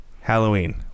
Halloween